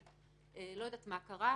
תשלם.